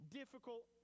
difficult